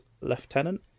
lieutenant